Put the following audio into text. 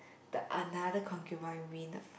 the another concubine win the